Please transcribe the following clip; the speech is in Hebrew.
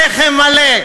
לחם מלא,